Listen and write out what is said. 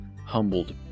humbled